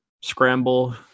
scramble